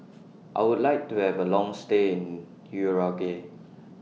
I Would like to Have A Long stay in Uruguay